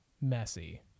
messy